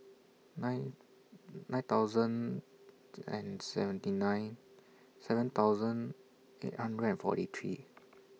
nine nine thousand and seventy nine seven thousand eight hundred and forty three